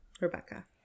Rebecca